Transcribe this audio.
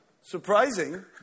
Surprising